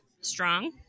strong